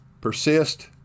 persist